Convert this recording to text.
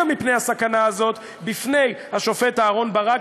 מפני הסכנה הזאת בפני השופט אהרן ברק,